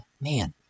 man